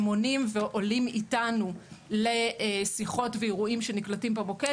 הם עונים ועולים איתנו לשיחות ואירועים שנקלטים במוקד,